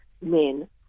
men